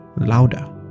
Louder